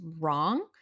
wrong